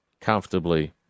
comfortably